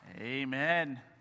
Amen